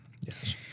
Yes